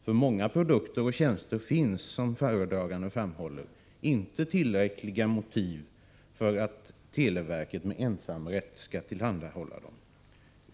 För många produkter och tjänster finns, som föredraganden framhåller, inte tillräckliga motiv för att televerket med ensamrätt skall tillhandahålla dem.